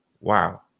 Wow